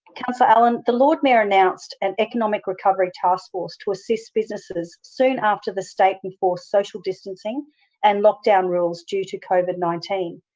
and the lord mayor announced an economic recovery taskforce to assist businesses soon after the state enforced social distancing and lockdown rules due to covid nineteen.